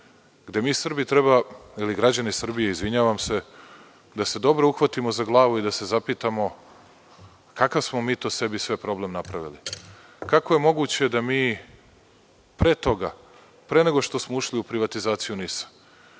gde mi Srbi treba, ili građani Srbije, izvinjavam se, da se dobro uhvatimo za glavu i da se zapitamo kakav smo mi to sebi sve problem napravili? Kako je moguće da mi pre nego što smo ušli u privatizaciju NIS,